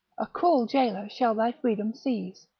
a cruel jailor shall thy freedom seize.